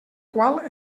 qual